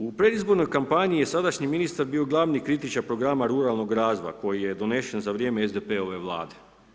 U predizbornoj kampanji je sadašnji ministar bio glavni kritičar programa ruralnog razvoja koji je donesen sa vrijeme SDP-ove Vlade.